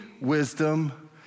wisdom